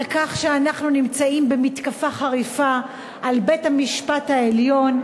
כך שאנחנו נמצאים במתקפה חריפה על בית-המשפט העליון,